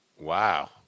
Wow